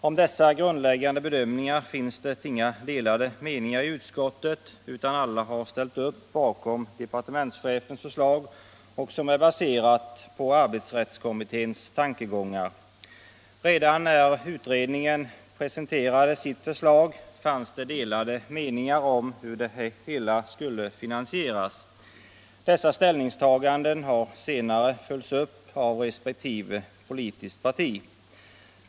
Om dessa grundläggande bedömningar finns det inga delade — Information m.m. meningar i utskottet, utan alla har ställt upp bakom departementschefens rörande medbeförslag, som är baserat på arbetsrättskommitténs tankegångar. Redan när — stämmande i utredningen presenterade sitt förslag fanns det delade meningar om hur = arbetslivet det hela skulle finansieras. Dessa ställningstaganden har senare följts upp av resp. politiskt parti.